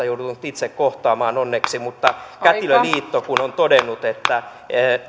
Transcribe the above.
joutunut itse kohtaamaan onneksi mutta kun kätilöliitto on todennut että